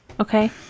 Okay